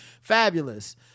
Fabulous